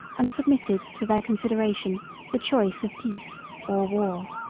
and submitted to their consideration the choice of peace or war.